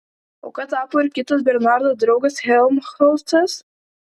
auka tapo ir kitas bernardo draugas helmholcas